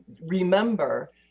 remember